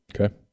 Okay